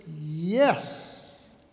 yes